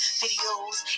videos